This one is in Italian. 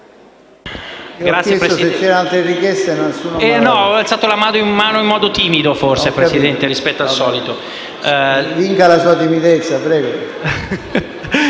Grazie, Presidente.